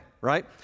right